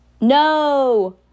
No